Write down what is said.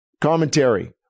commentary